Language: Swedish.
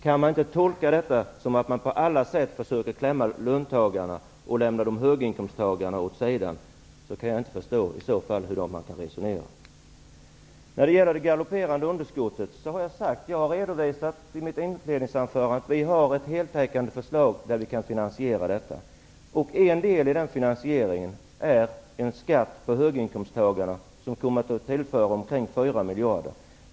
Kan inte detta tolkas så, att man på alla sätt försöker klämma åt löntagarna och att man lämnar höginkomsttagarna åt sidan? Om inte, kan jag inte förstå resonemanget här. Så några ord om det galopperande underskottet. Jag redovisade i mitt inledningsanförande att vi har ett heltäckande förslag som vi kan finansiera. En del av den finansieringen består i en skatt för höginkomsttagarna som skulle tillföra staten ca 4 miljarder.